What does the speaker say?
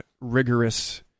rigorous